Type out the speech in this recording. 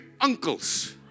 uncles